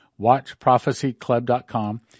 WatchProphecyClub.com